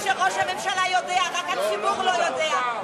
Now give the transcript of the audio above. יכול להיות שראש הממשלה יודע ורק הציבור לא יודע,